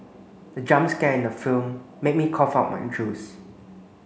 the jump scare in the film made me cough out my juice